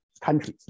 countries